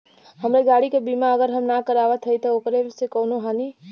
हमरे गाड़ी क बीमा अगर हम ना करावत हई त ओकर से कवनों हानि?